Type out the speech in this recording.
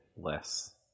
less